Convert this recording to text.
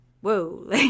whoa